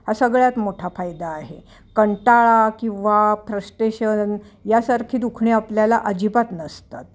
हा सगळ्यात मोठा फायदा आहे कंटाळा किंवा फ्रस्टेशन यासारखी दुखणी आपल्याला अजिबात नसतात